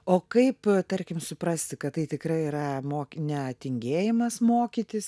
o kaip tarkim suprasti kad tai tikrai yra moki ne tingėjimas mokytis